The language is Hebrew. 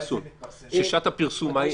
ששעת הפרסום מהי?